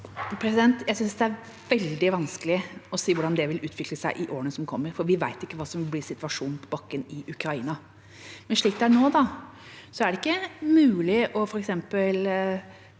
Jeg synes det er veldig vanskelig å si hvordan det vil utvikle seg i årene som kommer, for vi vet ikke hva som blir situasjonen på bakken i Ukraina. Slik det er nå, er det ikke mulig f.eks.